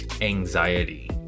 anxiety